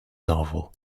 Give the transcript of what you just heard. novel